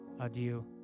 Adieu